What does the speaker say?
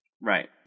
right